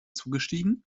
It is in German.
zugestiegen